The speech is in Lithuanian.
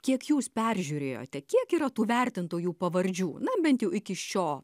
kiek jūs peržiūrėjote kiek yra tų vertintojų pavardžių na bent jau iki šio